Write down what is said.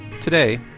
Today